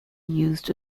used